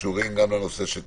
שקשורים גם לנושא של קטינים,